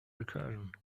recursion